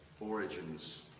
origins